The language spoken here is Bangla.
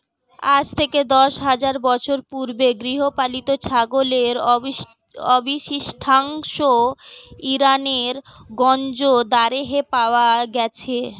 আজ থেকে দশ হাজার বছর পূর্বে গৃহপালিত ছাগলের অবশিষ্টাংশ ইরানের গঞ্জ দারেহে পাওয়া গেছে